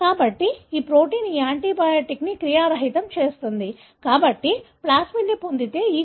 కాబట్టి ఈ ప్రోటీన్ ఈ యాంటీబయాటిక్ని క్రియారహితం చేస్తుంది కాబట్టి ప్లాస్మిడ్ని పొందితే E